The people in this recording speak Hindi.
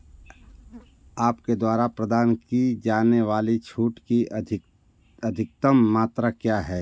आपके द्वारा प्रदान की जाने वाली छूट की अधिक अधिकतम मात्रा क्या है